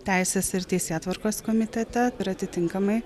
teisės ir teisėtvarkos komitete ir atitinkamai